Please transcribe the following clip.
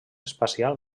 espacial